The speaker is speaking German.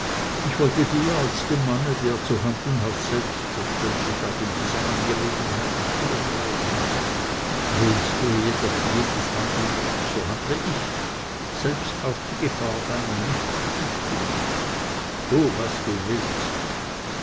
ich wollte dir als dem manne der zu handeln hat selbstverständlich auch in dieser angelegenheit nicht vorgreifen lehnst du jedoch jedes handeln ab so handle ich selbst auf die gefahr deiner nichtzustimmung tu was du willst